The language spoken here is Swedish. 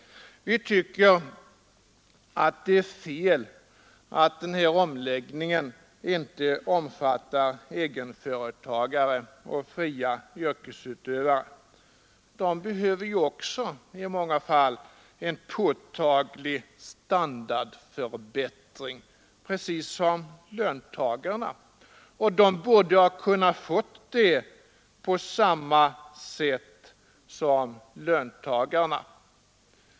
Vi tycker att det är fel att den här omläggningen inte omfattar egenföretagare och fria yrkesutövare. De behöver ju också i många fall en påtaglig standardförbättring, precis som löntagarna, och de borde ha kunnat få det på samma vis som löntagarna.